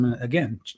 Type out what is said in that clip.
again